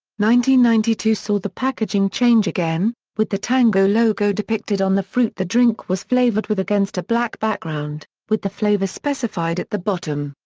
ninety ninety two saw the packaging change again, with the tango logo depicted on the fruit the drink was flavoured with against a black background, with the flavour specified at the bottom.